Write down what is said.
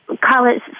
college